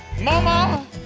mama